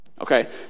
okay